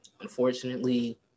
unfortunately